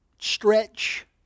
stretch